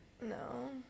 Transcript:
No